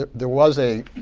there was a